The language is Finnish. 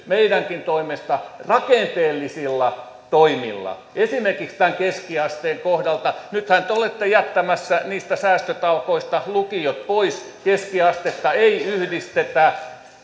meidänkin toimesta rakenteellisilla toimilla esimerkiksi tämän keskiasteen kohdalta nythän te olette jättämässä niistä säästötalkoista lukiot pois keskiastetta ei yhdistetä